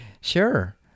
sure